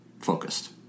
Focused